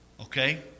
okay